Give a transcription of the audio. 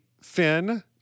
Finn